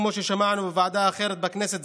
כמו ששמענו בוועדה אחרת בכנסת,